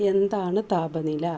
എന്താണ് താപനില